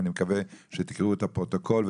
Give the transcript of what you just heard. אני מקווה שתקראו את הפרוטוקול,